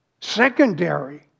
secondary